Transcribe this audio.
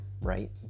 right